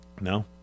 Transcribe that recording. No